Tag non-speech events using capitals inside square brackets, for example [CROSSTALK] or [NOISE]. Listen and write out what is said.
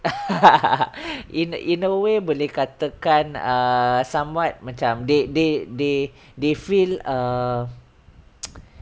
[LAUGHS] in in a way boleh katakan err somewhat macam they they they they feel err [NOISE]